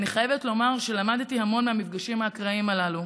אני חייבת לומר שלמדתי המון מהמפגשים האקראיים הללו: